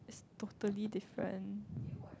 totally different